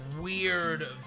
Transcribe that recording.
weird